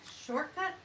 Shortcut